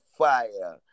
fire